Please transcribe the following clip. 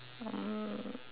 um